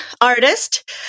artist